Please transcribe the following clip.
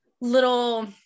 Little